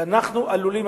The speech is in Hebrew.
ואנחנו עלולים,